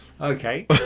Okay